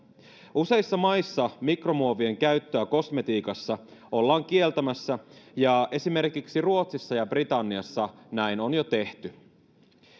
useissa maissa mikromuovien käyttöä kosmetiikassa ollaan kieltämässä ja esimerkiksi ruotsissa ja britanniassa näin on jo tehty